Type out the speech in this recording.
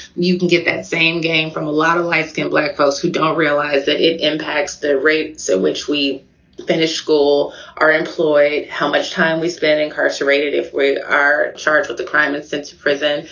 you can get that same gain from a lot of light-skinned black folks who don't realize that it impacts their rate so which we finish school or employ. how much time we spend incarcerated if we are charged with the crime and sent to prison